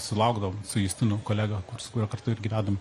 sulaukdavom su justinu kolega kur su kuriuo kartu irgi vedam